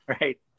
Right